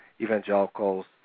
evangelicals